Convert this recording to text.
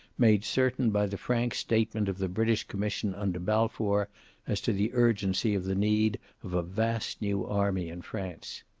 made certain by the frank statement of the british commission under balfour as to the urgency of the need of a vast new army in france.